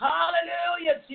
Hallelujah